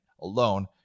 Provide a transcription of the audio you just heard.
alone